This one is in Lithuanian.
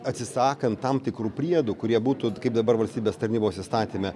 atsisakant tam tikrų priedų kurie būtų kaip dabar valstybės tarnybos įstatyme